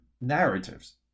narratives